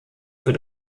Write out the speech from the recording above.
für